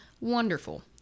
wonderful